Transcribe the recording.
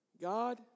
God